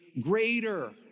greater